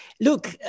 Look